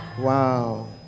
Wow